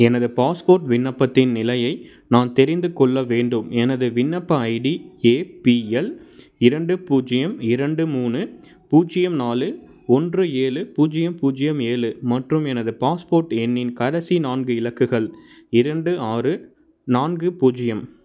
எனது பாஸ்போர்ட் விண்ணப்பத்தின் நிலையை நான் தெரிந்துக் கொள்ள வேண்டும் எனது விண்ணப்ப ஐடி ஏ பி எல் இரண்டு பூஜ்ஜியம் இரண்டு மூணு பூஜ்ஜியம் நாலு ஒன்று ஏழு பூஜ்ஜியம் பூஜ்ஜியம் ஏலு மற்றும் எனது பாஸ்போர்ட் எண்ணின் கடைசி நான்கு இலக்குகள் இரண்டு ஆறு நான்கு பூஜ்ஜியம்